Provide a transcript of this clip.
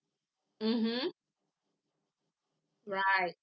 mmhmm right